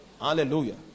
Hallelujah